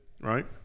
right